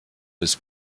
bis